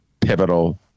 pivotal